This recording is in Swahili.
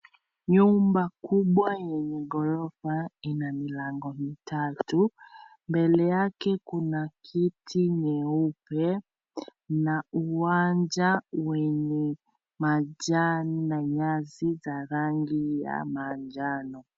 Nyumba kubwa yenye gorofa ina milango mitatu, mbele yake kuna kiti nyeupe na uwanja wenye majani na nyasi za rangi ya manjano.